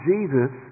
Jesus